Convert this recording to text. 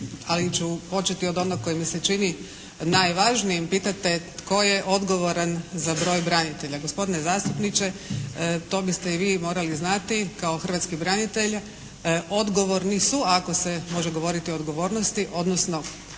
ali ću početi od onog koje mi se čini najvažnijim. Pitate tko je odgovoran za broj branitelja. Gospodine zastupniče, to biste i vi morali znati kao hrvatski branitelj. Odgovorni su ako se može govoriti o odgovornosti odnosno